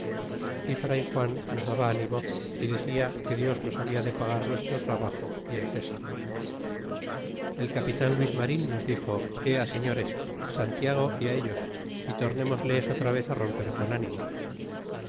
y fray juan nos daba ánimo y decia que dios nos habla de pagar nuestro trabajo y el césar el capitan luis marin nos dixo ea señores santiago y a ellos y to rnemosles otra vez á romper con ánimo